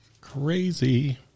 Crazy